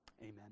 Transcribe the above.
Amen